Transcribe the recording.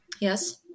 Yes